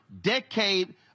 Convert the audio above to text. decade